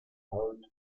haut